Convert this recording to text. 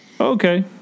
Okay